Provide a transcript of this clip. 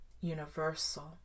universal